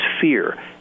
fear